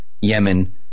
Yemen